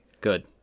Good